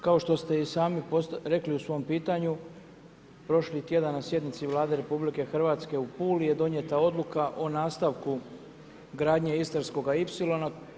Kao što ste i sami rekli u svom pitanju, prošli tjedan na sjednici Vlade RH u Puli je donijeta odluka o nastavku gradnje Istarskoga ipsilona.